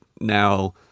now